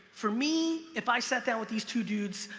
for me, if i sat down with these two dudes,